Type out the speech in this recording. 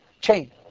chain